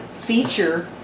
feature